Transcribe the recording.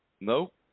Nope